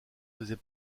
faisait